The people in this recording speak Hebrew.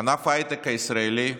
שענף ההייטק הישראלי משלם,